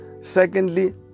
Secondly